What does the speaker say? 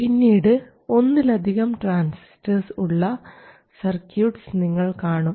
പിന്നീട് ഒന്നിലധികം ട്രാൻസിസ്റ്റർസ് ഉള്ള സർക്യൂട്ട്സ് നിങ്ങൾ കാണും